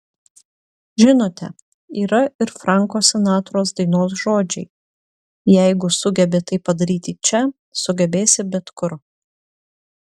žinote yra ir franko sinatros dainos žodžiai jeigu sugebi tai padaryti čia sugebėsi bet kur